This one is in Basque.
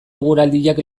eguraldiak